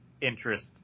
interest